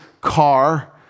car